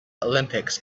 olympics